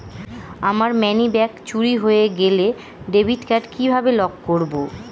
আমার মানিব্যাগ চুরি হয়ে গেলে ডেবিট কার্ড কিভাবে লক করব?